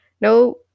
No